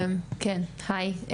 כן היי,